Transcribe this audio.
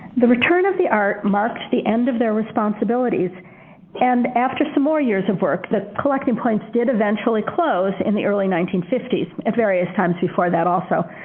the return of the art marked the end of their responsibilities and after some more years of work, the collecting points did eventually close in the early nineteen fifty s at various times before that also.